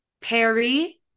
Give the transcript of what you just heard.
Perry